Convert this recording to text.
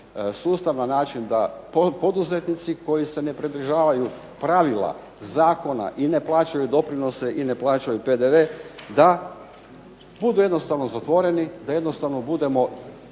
sustav na način da poduzetnici koji se ne pridržavaju pravila, zakona i ne plaćaju doprinose i ne plaćaju PDV da budu jednostavno zatvoreni, da jednostavno budemo